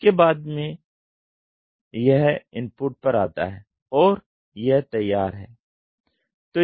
इसके बाद यह इनपुट पर आता है और यह तैयार है है